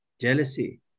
jealousy